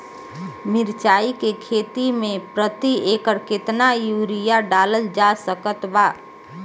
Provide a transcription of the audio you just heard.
मिरचाई के खेती मे प्रति एकड़ केतना यूरिया डालल जा सकत बा?